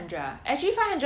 ya